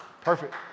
Perfect